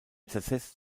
zersetzt